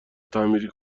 تعمیر